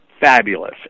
fabulous